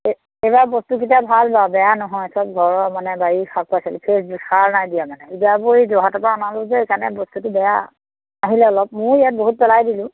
এ এইবাৰ বস্তুকেইটা ভাল বাৰু বেয়া নহয় চব ঘৰৰ মানে বাৰীৰ শাক পাচলি ফেছ বু সাৰ নাই দিয়া মানে ইদিয়াবোৰ এই যোৰহাটৰ পৰা অনা হ'ল যে সেইকাৰণে বস্তুটো বেয়া আহিলে অলপ মোৰ ইয়াত বহুত পেলাই দিছোঁ